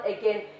again